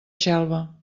xelva